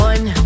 One